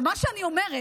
מה שאני אומרת,